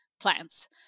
plants